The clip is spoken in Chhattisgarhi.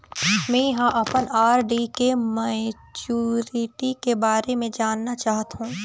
में ह अपन आर.डी के मैच्युरिटी के बारे में जानना चाहथों